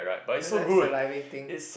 I'm like salivating